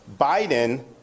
Biden